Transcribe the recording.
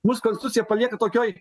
mus konstitucija palieka tokioj